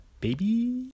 baby